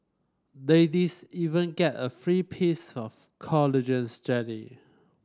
ladies even get a free piece of collagen jelly